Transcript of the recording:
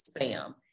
spam